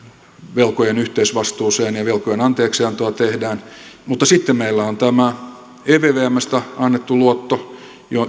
velkojen yhteisvastuuseen ja velkojen anteeksiantoa tehdään mutta sitten meillä on tämä ervvstä annettu luotto